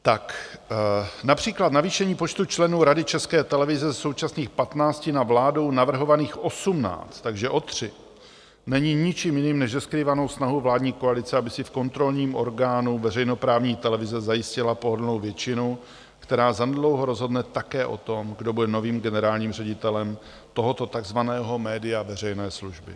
Tak například navýšení počtu členů Rady České televize ze současných 15 na vládou navrhovaných 18, takže o tři, není ničím jiným než neskrývanou snahou vládní koalice, aby si v kontrolním orgánu veřejnoprávní televize zajistila pohodlnou většinu, která zanedlouho rozhodne také o tom, kdo bude novým generálním ředitelem tohoto takzvaného média veřejné služby.